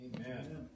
Amen